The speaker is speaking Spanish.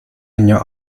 año